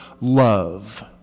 love